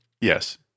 Yes